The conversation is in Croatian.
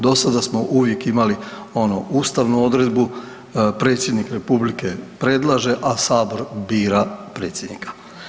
Dosada smo uvijek imali onu ustavnu odredbu, predsjednik republike predlaže, a sabor bira predsjednika.